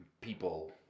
people